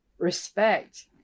respect